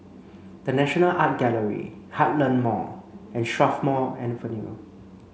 The National Art Gallery Heartland Mall and Strathmore Avenue